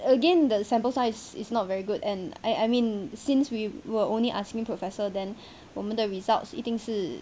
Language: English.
again the sample size is not very good and I I mean since we were only asking professor then 我们的 results 一定是